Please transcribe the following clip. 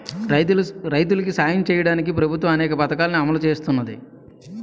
రైతులికి సాయం సెయ్యడానికి ప్రభుత్వము అనేక పథకాలని అమలు సేత్తన్నాది